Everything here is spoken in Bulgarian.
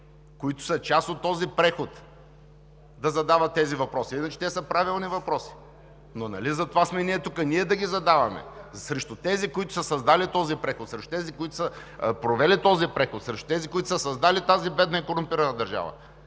които са част от този преход, да задават тези въпроси? Те са правилни въпроси, но нали затова ние сме тук – ние да ги задаваме срещу тези, които са създали този преход, срещу тези, които са провели този преход, срещу тези, които са създали тази бедна и корумпирана държава.